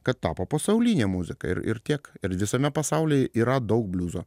kad tapo pasauline muzika ir tiek ir visame pasaulyje yra daug bliuzo